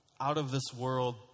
out-of-this-world